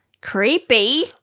Creepy